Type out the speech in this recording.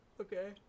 Okay